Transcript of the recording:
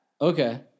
Okay